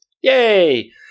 Yay